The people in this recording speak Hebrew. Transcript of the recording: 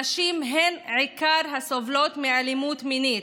נשים הן עיקר הסובלות מאלימות מינית,